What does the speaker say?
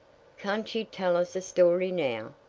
can't you tell us a story now?